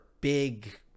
big